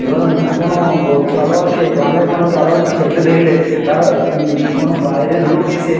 ধরুন কোনো ব খেলোয়াড়কে গ্রামের কোনো খেলোয়াড়কে খেলতে দেখলে তারা কোনো বাইরের লোক এসে